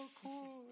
cool